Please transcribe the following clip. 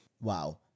Wow